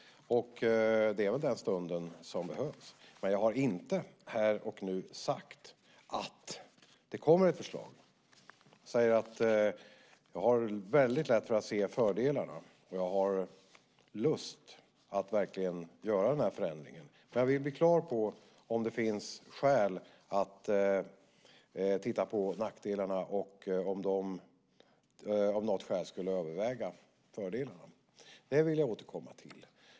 Det är den stunden som behövs. Men jag har inte här och nu sagt att det kommer ett förslag. Jag säger att jag har väldigt lätt för att se fördelarna, och jag har lust att verkligen göra den här förändringen. Men jag vill bli klar över om det finns skäl att titta på nackdelarna och om de av något skäl skulle överväga fördelarna. Det vill jag återkomma till.